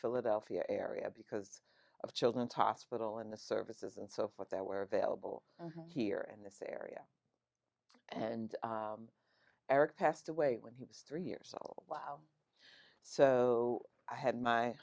philadelphia area because of children's hospital in the services and so forth that were available here in this area and eric passed away when he was three years old well so i had my